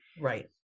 Right